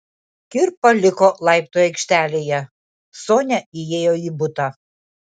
kirpa liko laiptų aikštelėje sonia įėjo į butą